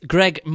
Greg